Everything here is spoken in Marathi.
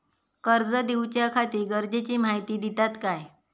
कर्ज घेऊच्याखाती गरजेची माहिती दितात काय?